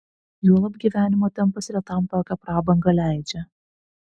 juolab gyvenimo tempas retam tokią prabangą leidžia